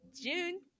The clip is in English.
June